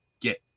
get